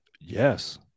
Yes